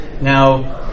now